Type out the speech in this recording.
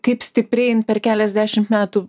kaip stipriai jin per keliasdešimt metų